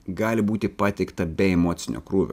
gali būti pateikta be emocinio krūvio